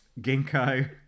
Ginkgo